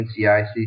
NCIC